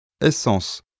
Essence